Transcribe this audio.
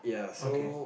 okay